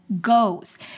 goes